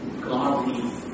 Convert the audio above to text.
Godly